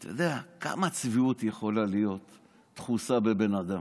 אתה יודע, כמה צביעות יכולה להיות דחוסה בבן אדם?